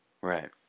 Right